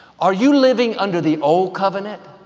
are you living under the old covenant,